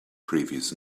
previous